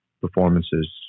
performances